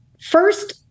first